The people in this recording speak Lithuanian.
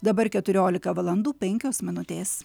dabar keturiolika valandų penkios minutės